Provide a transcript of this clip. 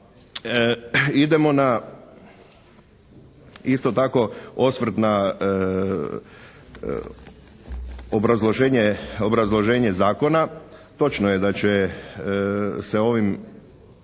idemo na isto tako osvrt na obrazloženje zakona. Točno je da će se ovim